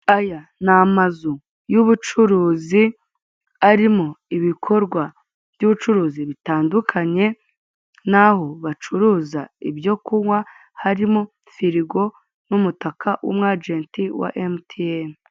Aya ni amazu y'ubucuruzi arimo ibikorwa by'ubucuruzi bitandukanye n'aho bacuruza ibyo kunywa, harimo firigo n'umutaka w'umwajenti wa emutiyeni.